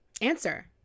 answer